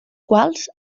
quals